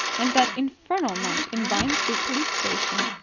and that infernal night in vine street police station.